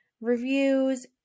reviews